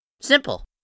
Simple